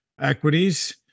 equities